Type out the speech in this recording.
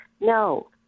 no